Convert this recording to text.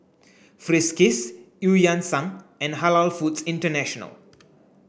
Friskies Eu Yan Sang and Halal Foods International